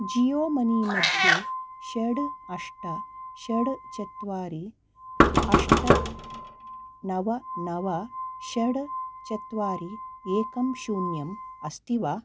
Jio money मध्ये षड् अष्ट षड् चत्वारि अष्ट नव नव षड् चत्वारि एकम् शून्यं अस्ति वा